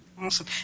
Awesome